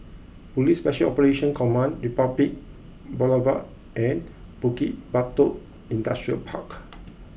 police Special Operations Command Republic Boulevard and Bukit Batok Industrial Park